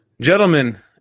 Gentlemen